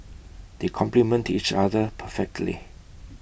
they complement each other perfectly